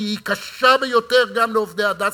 שהיא קשה ביותר גם לעובדי "הדסה",